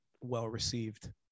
well-received